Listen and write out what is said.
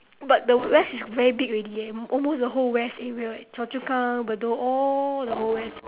but the west is very big already eh almost the whole west area chua chu kang bedok all the whole west